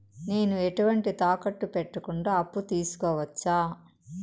నేను ఎటువంటి తాకట్టు పెట్టకుండా అప్పు తీసుకోవచ్చా?